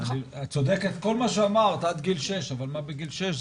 את צודקת בכל מה שאמרת עד גיל שש, אבל מה בגיל שש?